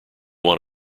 want